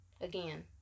Again